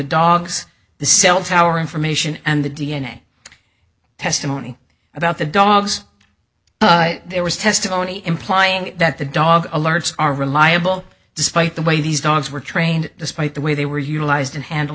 tower information and the d n a testimony about the dogs there was testimony implying that the dog alerts are reliable despite the way these dogs were trained despite the way they were utilized and handled